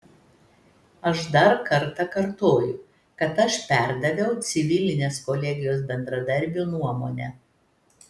aš dar kartą kartoju kad aš perdaviau civilinės kolegijos bendradarbių nuomonę